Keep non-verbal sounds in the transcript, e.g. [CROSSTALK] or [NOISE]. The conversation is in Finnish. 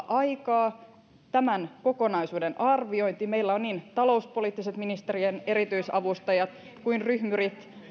[UNINTELLIGIBLE] aikaa tämän kokonaisuuden arviointiin meillä ovat niin ministerien talouspoliittiset erityisavustajat kuin ryhmyrit